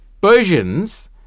Persians